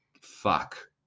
fuck